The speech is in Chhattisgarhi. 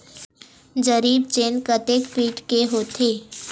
जरीब चेन कतेक फीट के होथे?